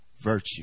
virtue